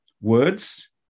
words